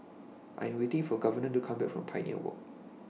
I Am waiting For Governor to Come Back from Pioneer Walk